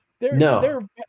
no